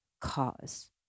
cause